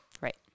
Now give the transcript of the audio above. Right